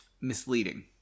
misleading